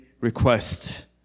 request